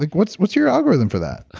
like what's what's your algorithm for that?